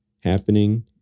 happening